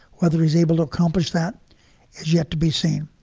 whether he's able to accomplish that is yet to be seen.